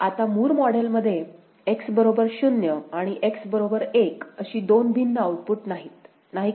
आता मूर मॉडेलमध्ये X बरोबर 0 आणि X बरोबर 1 अशी दोन भिन्न आऊटपुट नाहीत नाही का